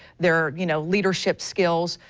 their you know leadership skills,